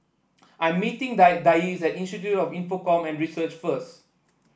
I'm meeting die Dayse at Institute of Infocomm Research first